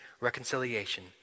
reconciliation